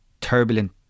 turbulent